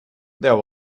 there